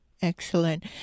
Excellent